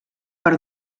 per